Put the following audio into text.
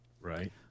Right